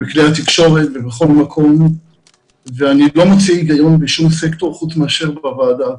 בכלי התקשורת ובכל מקום ואני לא מציג היום בשום סקטור חוץ מאשר בוועדה.